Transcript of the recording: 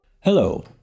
Hello